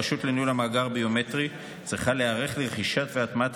הרשות לניהול המאגר הביומטרי צריכה להיערך לרכישת והטמעת